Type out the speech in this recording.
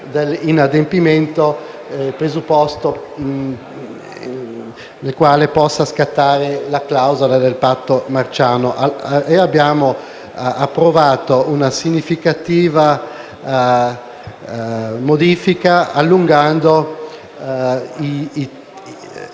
inadempimento, presupposto per il quale possa scattare la clausola del patto marciano. Abbiamo approvato una significativa modifica allungando i